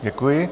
Děkuji.